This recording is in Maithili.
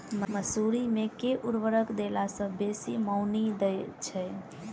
मसूरी मे केँ उर्वरक देला सऽ बेसी मॉनी दइ छै?